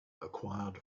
acquired